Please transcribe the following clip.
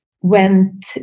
went